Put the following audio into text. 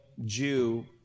Jew